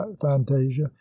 fantasia